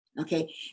Okay